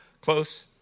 Close